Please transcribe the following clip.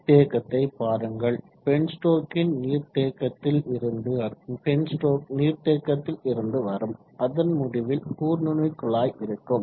நீர்தேக்கத்தை பாருங்கள் பென்ஸ்டோக் நீர்த்தேக்கத்தில் இருந்துவரும் அதன் முடிவில் கூர்நுனிகுழாய் இருக்கும்